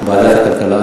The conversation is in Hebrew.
ועדת הכלכלה.